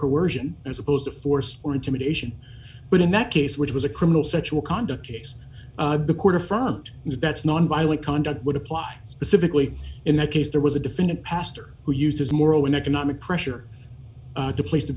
corrosion as opposed to force or intimidation but in that case which was a criminal sexual conduct case the court affirmed that's nonviolent conduct would apply specifically in the case there was a defendant pastor who uses moral and economic pressure to place the